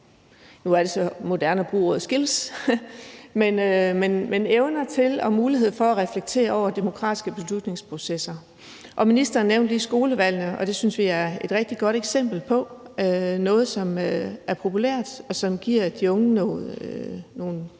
nu er det moderne at bruge ordet skills – evner til og mulighed for at reflektere over demokratiske beslutningsprocesser. Ministeren nævnte lige skolevalg, og det synes vi er et rigtig godt eksempel på noget, som er populært, og som giver de unge nogle